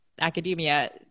academia